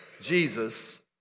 Jesus